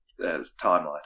timeline